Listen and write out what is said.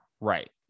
Right